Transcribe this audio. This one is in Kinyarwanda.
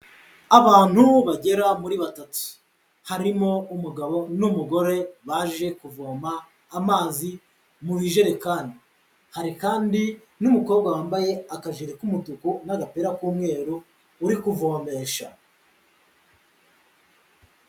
Abantu bagera muri batatu harimo umugabo n'umugore baje kuvoma amazi mu ijerekani, hari kandi n'umukobwa wambaye akajiri k'umutuku n'agapira k'umweru uri kuvomesha.